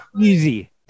easy